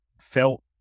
felt